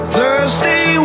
Thursday